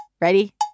Ready